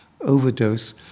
overdose